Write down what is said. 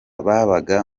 babaga